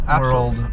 world